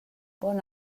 bon